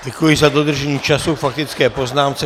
Děkuji za dodržení času k faktické poznámce.